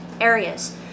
areas